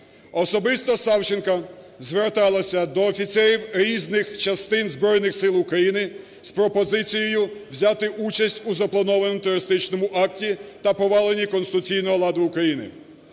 Особисто Савченко зверталася до офіцерів різних частин Збройних Сил України з пропозицією взяти участь у запланованому терористичному акті та поваленні конституційного ладу України.